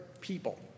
people